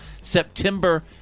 September